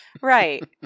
Right